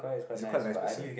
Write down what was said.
he's a quite nice person